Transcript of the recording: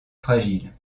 fragile